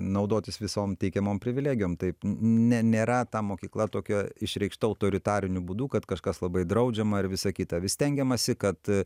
naudotis visom teikiamom privilegijom taip n ne nėra ta mokykla tokia išreikšta autoritariniu būdu kad kažkas labai draudžiama ir visa kita vis stengiamasi kad